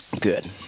Good